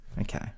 Okay